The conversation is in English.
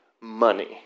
money